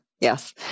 Yes